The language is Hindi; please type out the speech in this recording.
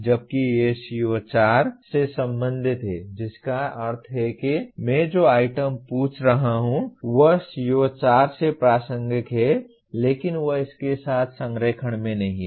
जबकि ये CO4 से संबंधित हैं जिसका अर्थ है कि मैं जो आइटम पूछ रहा हूं वह CO4 से प्रासंगिक हैं लेकिन वे इसके साथ संरेखण में नहीं हैं